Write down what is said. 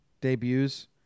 debuts